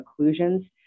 occlusions